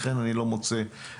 ולכן אני לא מוצא מקום